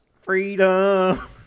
freedom